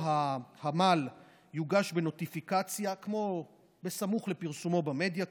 ההמ"ל יוגש בנוטיפיקציה סמוך לפרסומו במדיה,